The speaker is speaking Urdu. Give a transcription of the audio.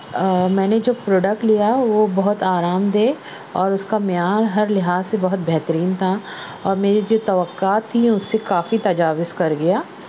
میں نے جو پروڈکٹ لیا وہ بہت آرام دہ اور اس کا معیار ہر لحاظ سے بہت بہترین تھا اور میری جو توقعات تھیں اس سے کافی تجاوز کر گیا